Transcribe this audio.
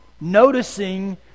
noticing